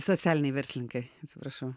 socialiniai verslininkai atsiprašau